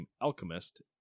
Alchemist